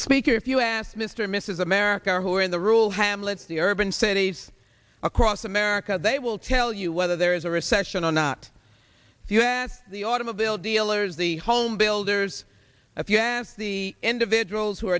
speaker if you ask mr or mrs america who are in the rule hamlets the urban cities across america they will tell you whether there is a recession or not if you have the automobile dealers the home builders if you ask the individuals who are